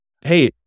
Hey